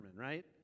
right